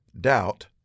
doubt